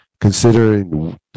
considering